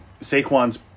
Saquon's